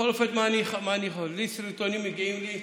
בכל אופן, מה אני חווה, סרטונים שמגיעים אליי,